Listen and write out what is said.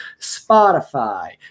Spotify